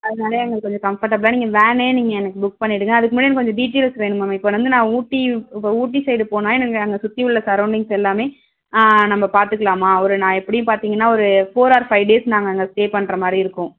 அதனால எங்களுக்கு கொஞ்ச கம்ஃபர்டபுளாக நீங்கள் வேனே நீங்கள் எனக்கு புக் பண்ணிவிடுங்க அதுக்கு முன்னாடி எனக்கு கொஞ்சம் டீட்டெயில்ஸ் வேணும் மேம் இப்போன வந்து நான் ஊட்டி இப்போ ஊட்டி சைடு போனால் எனக்கு அங்கே சுற்றி உள்ள சரௌண்டிங்ஸ் எல்லாமே நம்ப பார்த்துக்கலாம்மா ஒரு நான் எப்படியும் பார்த்திங்கனா ஒரு ஃபோர் ஆர் ஃபைவ் டேஸ் நாங்கள் அங்கே ஸ்டே பண்ணுற மாதிரி இருக்கும்